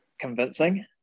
convincing